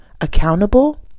accountable